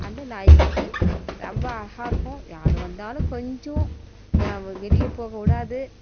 அந்த நாய்க்குட்டி ரொம்ப அழகாக இருக்கும் யார் வந்தாலும் கொஞ்சம் வெளியே போக விடாது